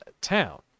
town